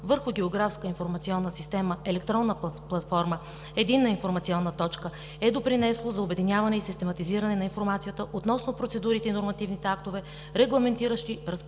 върху географска информационна система електронна платформа „Единна информационна точка“, е допринесло за обединяване и систематизиране на информацията относно процедурите и нормативните актове, регламентиращи разполагането